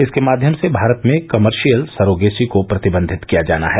इसके माध्यम से भारत में कमर्शियल सरोगेसी को प्रतिबंधित किया जाना है